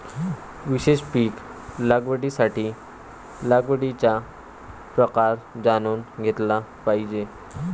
विशेष पीक लागवडीसाठी लागवडीचा प्रकार जाणून घेतला पाहिजे